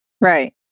right